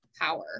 power